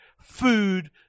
food